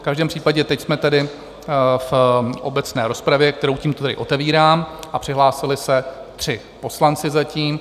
V každém případě teď jsme tedy v obecné rozpravě, kterou tímto tedy otevírám, a přihlásili se tři poslanci zatím.